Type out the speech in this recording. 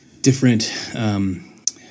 different